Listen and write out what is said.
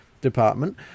department